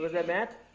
was that matt?